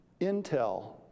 Intel